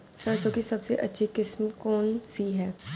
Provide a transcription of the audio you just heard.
सरसों की सबसे अच्छी किस्म कौन सी है?